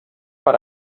per